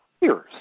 years